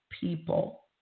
people